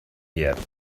yet